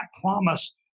promise